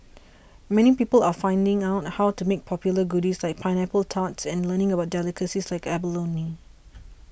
many people are finding out how to make popular goodies like pineapple tarts and learning about delicacies like abalone